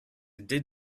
did